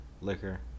liquor